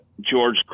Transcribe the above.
George